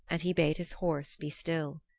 and he bade his horse be still.